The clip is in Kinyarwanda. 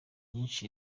nyinshi